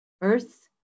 Earth